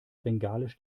bengalisch